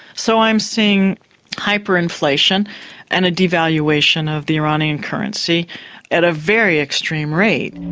so i'm seeing hyperinflation and a devaluation of the iranian currency at a very extreme rate.